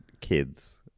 kids